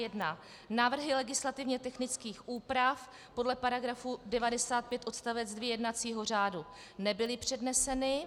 1. návrhy legislativně technických úprav podle § 95 odst. 2 jednacího řádu nebyly předneseny.